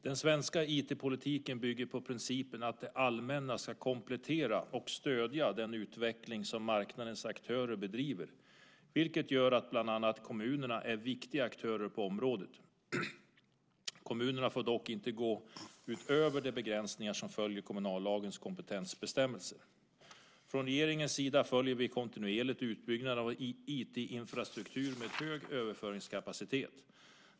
Den svenska IT-politiken bygger på principen att det allmänna ska komplettera och stödja den utveckling som marknadens aktörer bedriver, vilket gör att bland annat kommunerna är viktiga aktörer på området. Kommunerna får dock inte gå utöver de begränsningar som följer av kommunallagens kompetensbestämmelser. Från regeringens sida följer vi kontinuerligt utbyggnaden av IT-infrastruktur med hög överföringskapacitet.